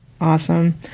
Awesome